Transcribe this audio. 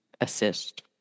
assist